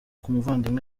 nk’umuvandimwe